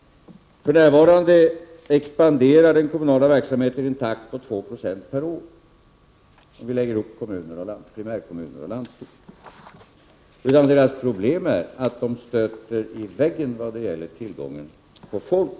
För närvarande expanderar den kommunala verksamheten i en takt på 2 26 per år, om vi lägger ihop primärkommuner och landsting. Deras problem är i stället att de stöter i väggen i vad gäller tillgången på folk.